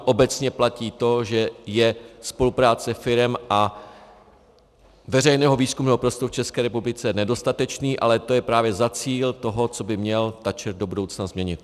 Obecně platí to, že je spolupráce firem a veřejného výzkumného prostoru v České republice nedostatečná, ale to je právě cíl toho, co by měl TA ČR do budoucna změnit.